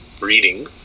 reading